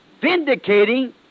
vindicating